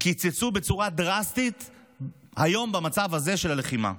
קיצצו בצורה דרסטית היום, במצב הזה של הלחימה.